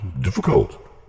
difficult